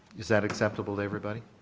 is that acceptable to everybody?